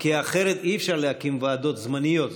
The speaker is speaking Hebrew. כי אחרת אי-אפשר להקים ועדות זמניות.